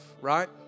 right